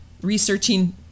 researching